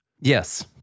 Yes